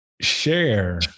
share